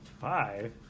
five